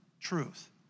truth